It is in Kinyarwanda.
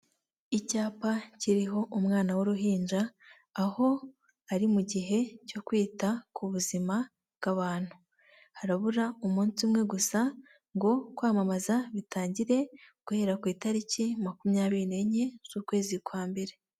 Icyapa kiriho umwana w'uruhinja aho ari mu gihe cyo kwita ku buzima bw'abantu harabura umunsi umwe gusa ngo kwamamaza bitangire guhera ku itariki makumyabiri n'enye z'ukwezi kwa mbere.